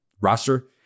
roster